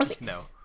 No